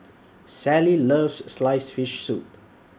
Sally loves Sliced Fish Soup